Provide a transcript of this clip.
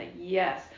Yes